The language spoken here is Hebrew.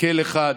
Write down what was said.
באל אחד,